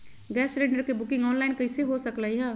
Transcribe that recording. Gas cylinder के booking online कईसे हो सकलई ह?